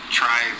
try